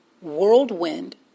whirlwind